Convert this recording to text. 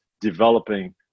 developing